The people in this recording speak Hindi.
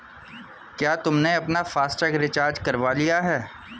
क्या तुमने अपना फास्ट टैग रिचार्ज करवा लिया है?